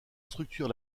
structure